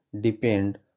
depend